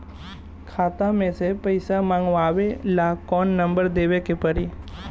खाता मे से पईसा मँगवावे ला कौन नंबर देवे के पड़ी?